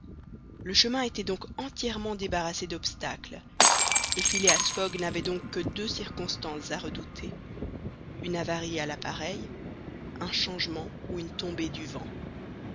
le chemin était donc entièrement débarrassé d'obstacles et phileas fogg n'avait donc que deux circonstances à redouter une avarie à l'appareil un changement ou une tombée du vent